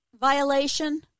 violation